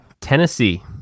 Tennessee